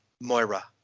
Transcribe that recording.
Moira